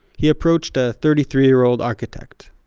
he approached a thirty three year old architect,